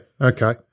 okay